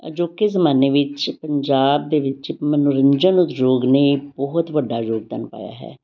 ਅਜੋਕੇ ਜ਼ਮਾਨੇ ਵਿੱਚ ਪੰਜਾਬ ਦੇ ਵਿੱਚ ਮਨੋਰੰਜਨ ਉਦਯੋਗ ਨੇ ਬਹੁਤ ਵੱਡਾ ਯੋਗਦਾਨ ਪਾਇਆ ਹੈ